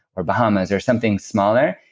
or bahamas, or something smaller,